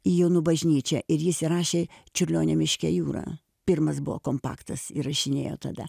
į jonų bažnyčią ir jis įrašė čiurlionio miške jūra pirmas buvo kompaktas įrašinėjo tada